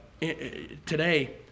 today